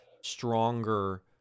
stronger